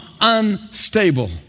unstable